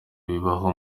bibaho